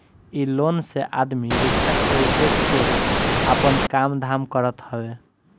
इ लोन से आदमी रिक्शा खरीद के आपन काम धाम करत हवे